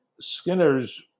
Skinner's